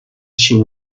she